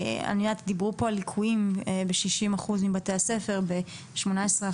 דיברו פה על ליקויים ב-60% מבתי הספר --- ברשותך,